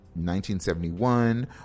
1971